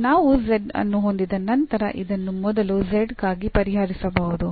ಮತ್ತು ನಾವು z ಅನ್ನು ಹೊಂದಿದ ನಂತರ ಇದನ್ನು ಮೊದಲು z ಗಾಗಿ ಪರಿಹರಿಸಬಹುದು